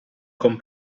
con